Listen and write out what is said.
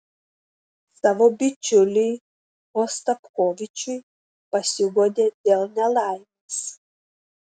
savo bičiuliui ostapkovičiui pasiguodė dėl nelaimės